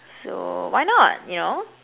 so why not you know